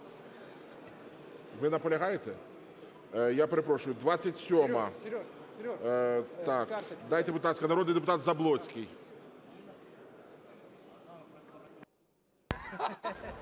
Ви наполягаєте? Я перепрошую, 27-а. Так! Дайте, будь ласка, народний депутат Заблоцький.